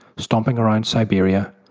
stomping around siberia,